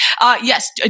yes